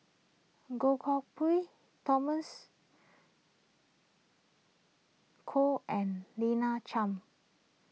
Goh Koh Pui Thomas Koh and Lina Chiam